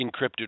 encrypted